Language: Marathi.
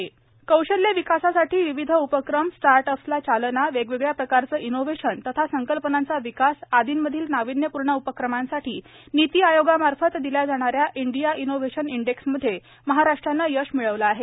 महाराष्ट्र राज्य दुसऱ्या स्थानी कौशल्य विकासासाठी विविध उपक्रम स्टार्टअप्सला चालना वेगवेगळ्या प्रकारचे इनोव्हेशन तथा संकल्पनांचा विकास आदींमधील नाविन्यपूर्ण उपक्रमांसाठी नीती आयोगामार्फत दिल्या जाणाऱ्या इंडिया इनोव्हेशन इंडेक्समध्ये महाराष्ट्राने यश मिळविले आहे